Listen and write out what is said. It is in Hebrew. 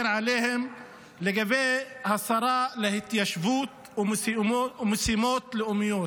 עליהם לגבי השרה להתיישבות ומשימות לאומיות.